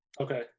Okay